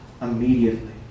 immediately